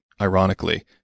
ironically